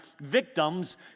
victims